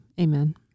Amen